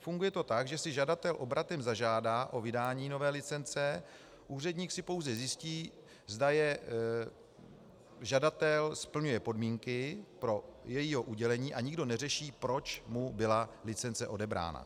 Funguje to tak, že si žadatel obratem zažádá o vydání nové licence, úředník si pouze zjistí, zda žadatel splňuje podmínky pro její udělení, a nikdo neřeší, proč mu byla licence odebrána.